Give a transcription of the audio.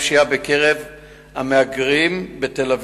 בשבט התש"ע (20 בינואר 2010):